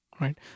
right